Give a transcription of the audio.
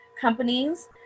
companies